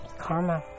karma